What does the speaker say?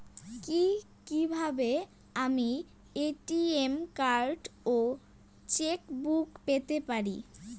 কি কিভাবে আমি এ.টি.এম কার্ড ও চেক বুক পেতে পারি?